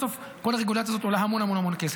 כי בסוף כל הרגולציה הזאת עולה המון המון כסף.